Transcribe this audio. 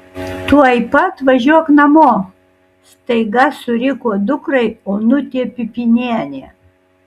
tuoj pat važiuok namo staiga suriko dukrai onutė pipynienė